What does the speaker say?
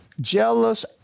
jealous